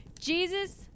Jesus